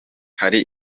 hari